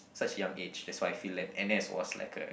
such young age that's why I feel n_s was like a